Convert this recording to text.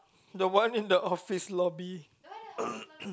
the one in the office lobby